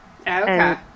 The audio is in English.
Okay